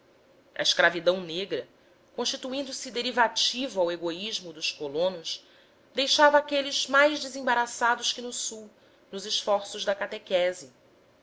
a escravidão negra constituindo se derivativo ao egoísmo dos colonos deixava aqueles mais desembaraçados que no sul nos esforços da catequese